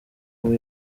ubu